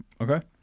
Okay